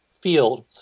field